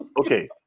Okay